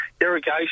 irrigation